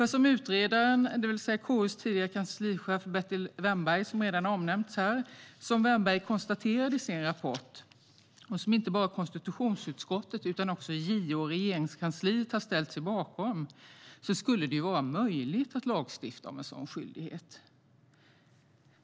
Som utredaren, det vill säga KU:s tidigare kanslichef Bertil Wennberg, som redan har nämnts här, konstaterar i sin rapport skulle det vara möjligt att lagstifta om en sådan skyldighet. Det har inte bara konstitutionsutskottet utan också JO och Regeringskansliet ställt sig bakom.